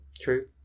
True